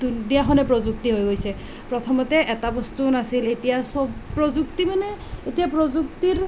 দুনীয়াখনেই প্ৰযুক্তি হৈ গৈছে প্ৰথমতে এটা বস্তুও নাছিল এতিয়া চব প্ৰযুক্তি মানে এতিয়া প্ৰযুক্তিৰ